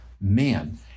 man